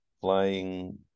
flying